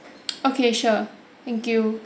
okay sure thank you